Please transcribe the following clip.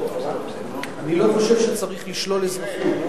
אני לא חושב שצריך לשלול אזרחות.